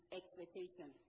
expectation